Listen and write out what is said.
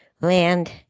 land